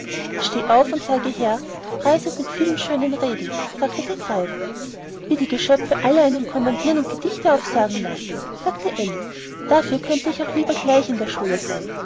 steh auf und sage her preisend mit viel schönen reden sagte der greif wie die geschöpfe alle einen kommandiren und gedichte aufsagen lassen dachte alice dafür könnte ich auch lieber gleich in der schule sein